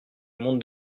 monde